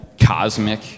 cosmic